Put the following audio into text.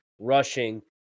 rushing